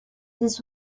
this